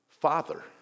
Father